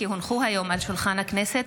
כי הונחו היום על שולחן הכנסת,